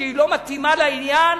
שהיא לא מתאימה לעניין